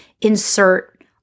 insert